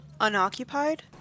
unoccupied